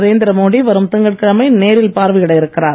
நரேந்திர மோடி வரும் திங்கட்கிழமை நேரில் பார்வையிட இருக்கிறார்